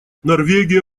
норвегия